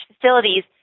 facilities